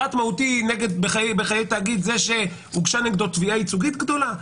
או שהוגשה נגדו תביעה ייצוגית גדולה?